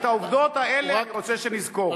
מכאן, את העובדות האלה הוא רק רוצה שנזכור.